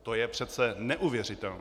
To je přece neuvěřitelné!